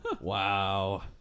Wow